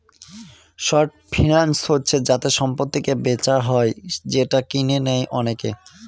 short finance হচ্ছে যাতে সম্পত্তিকে বেচা হয় যেটা কিনে নেয় অনেকে